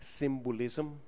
symbolism